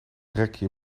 rekje